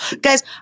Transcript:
Guys